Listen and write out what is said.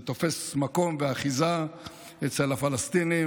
זה תופס מקום ואחיזה אצל הפלסטינים,